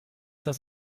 das